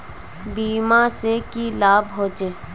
बीमा से की लाभ होचे?